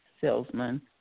salesman